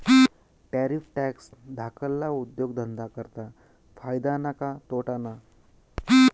Tariff tax धाकल्ला उद्योगधंदा करता फायदा ना का तोटाना?